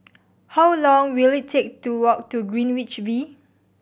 how long will it take to walk to Greenwich V